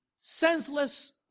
senseless